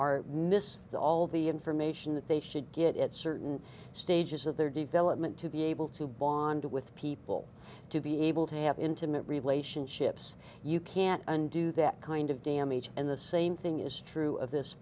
are missed all the information that they should get at certain stages of their development to be able to bond with people to be able to have intimate relationships you can't undo that kind of damage and the same thing is true of this